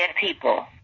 people